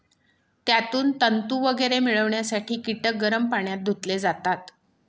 त्यातून तंतू वगैरे मिळवण्यासाठी कीटक गरम पाण्यात धुतले जातात